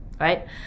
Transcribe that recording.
right